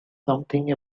something